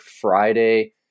friday